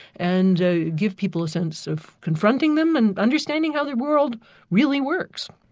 and ah give people a sense of confronting them and understanding how the world really works.